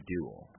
Duel